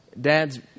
Dads